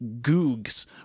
Googs